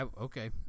Okay